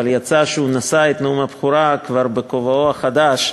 אבל יצא שהוא נשא את נאום הבכורה כבר בכובעו החדש,